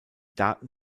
daten